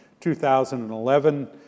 2011